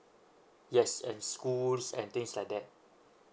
yes and schools and things like that